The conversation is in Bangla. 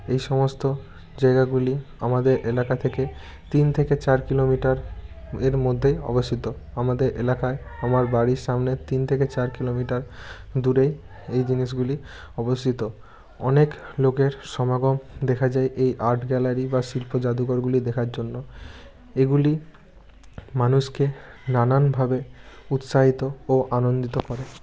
এই সমস্ত জায়গাগুলি আমাদের এলাকা থেকে তিন থেকে চার কিলোমিটারের মধ্যে অবস্থিত আমাদের এলাকার আমার বাড়ির সামনে তিন থেকে চার কিলোমিটার দূরে এই জিনিসগুলি অবস্থিত অনেক লোকের সমাগম দেখা যায় এই আর্ট গ্যালারি বা শিল্প যাদুঘরগুলি দেখার জন্য এগুলি মানুষকে নানানভাবে উৎসাহিত ও আনন্দিত করে